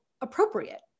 appropriate